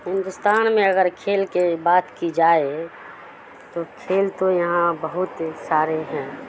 ہندوستان میں اگر کھیل کے بات کی جائے تو کھیل تو یہاں بہت سارے ہیں